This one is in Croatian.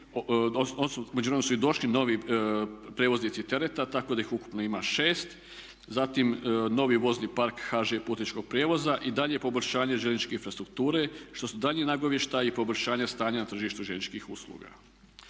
su i došli novi prijevoznici tereta tako da ih ukupno ima 6. Zatim novi vozni park HŽ Putničkog prijevoza i daljnje poboljšanje željezničke infrastrukture što su daljnji nagovještaji poboljšanja stanja na tržištu željezničkih usluga.